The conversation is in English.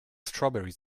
strawberries